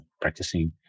practicing